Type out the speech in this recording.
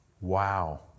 Wow